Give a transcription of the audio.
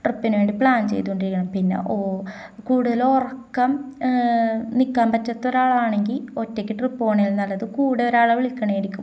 ട്രിപ്പിനുവേണ്ടി plan ചെയ്തുകൊണ്ടിരിക്കണം പിന്നെ ഓ കൂടുതല് ഉറക്കം നില്ക്കാൻ പറ്റാത്തൊരാളാണെങ്കില് ഒറ്റയ്ക്കു ട്രിപ്പ് പോകുന്നതിലും നല്ലത് കൂടെ ഒരാളെ വിളിക്കുന്നതായിരിക്കും